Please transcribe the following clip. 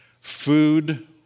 Food